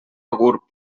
gurb